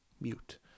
mute